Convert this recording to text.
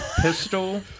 pistol